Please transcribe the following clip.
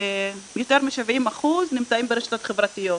יותר מ-70% נמצאים ברשתות החברתיות,